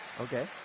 Okay